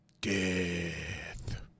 Death